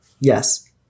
yes